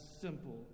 simple